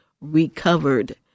recovered